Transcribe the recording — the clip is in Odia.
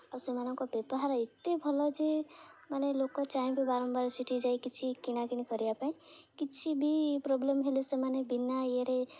ଆଉ ସେମାନଙ୍କ ବ୍ୟବହାର ଏତେ ଭଲ ଯେ ମାନେ ଲୋକ ଚାହିଁବେ ବାରମ୍ବାର ସେଇଠି ଯାଇ କିଛି କିଣା କିଣି କରିବା ପାଇଁ କିଛି ବି ପ୍ରୋବ୍ଲେମ୍ ହେଲେ ସେମାନେ ବିନା ଇଏରେ